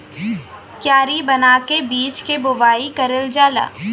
कियारी बना के बीज के बोवाई करल जाला